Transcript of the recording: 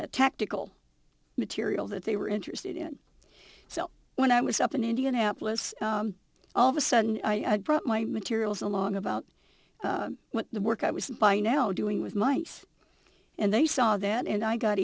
was tactical material that they were interested in so when i was up in indianapolis all of a sudden i brought my materials along about the work i was by now doing with mice and they saw that and i got